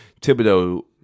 Thibodeau